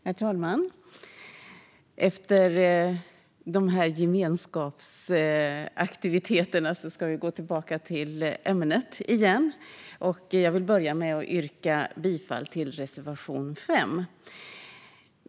Herr talman! Efter dessa gemenskapsaktiviteter ska vi gå tillbaka till ämnet. Jag vill börja med att yrka bifall till reservation 5.